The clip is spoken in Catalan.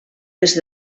est